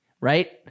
right